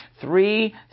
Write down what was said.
Three